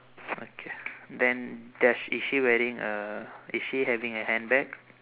okay then does is she wearing a is she having a handbag